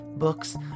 books